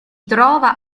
trova